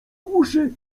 uszy